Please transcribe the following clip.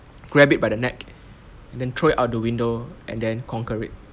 grab it by the neck and then throw it out the window and then conquer it